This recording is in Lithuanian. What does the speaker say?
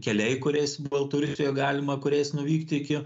keliai kuriais baltarusijoj galima kuriais nuvykti iki